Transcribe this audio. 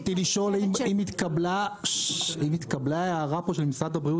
רציתי לשאול אם התקבלה הערה פה של משרד הבריאות